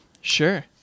Sure